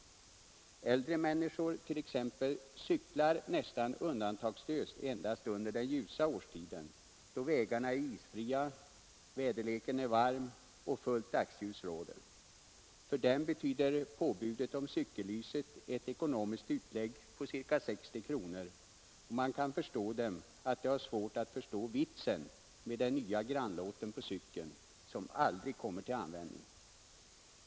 Äldre människor t.ex. cyklar nästan undantagslöst endast under den ljusa årstiden då vägarna är isfria, väderleken varm och fullt dagsljus råder. Påbudet om cykellyset betyder ett ekonomiskt utlägg på ca 60 kronor, och man kan förstå att de har 87 svårt att inse vitsen med att på cykeln ha denna nya grannlåt som aldrig kommer till användning.